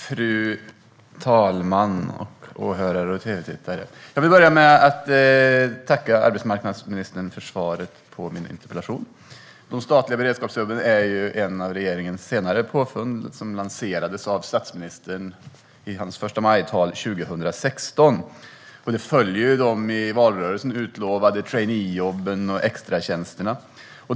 Fru talman! Åhörare! Tv-tittare! Jag vill börja med att tacka arbetsmarknadsministern för svaret på min interpellation. De statliga beredskapsjobben är ett av regeringens senare påfund som lanserades av statsministern i hans förstamajtal 2016. Sedan följde de i valrörelsen utlovade traineejobben och extratjänsterna.